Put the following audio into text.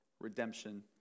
redemption